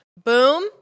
Boom